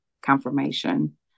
confirmation